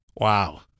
Wow